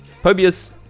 Pobius